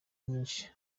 myinshi